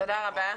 תודה רבה.